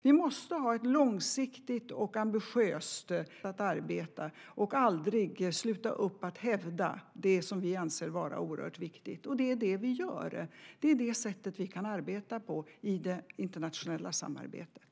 Vi måste ha ett långsiktigt och ambitiöst sätt att arbeta och aldrig sluta upp att hävda det som vi anser vara oerhört viktigt. Det är det vi gör. Det är det sättet vi kan arbeta på i det internationella samarbetet.